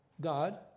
God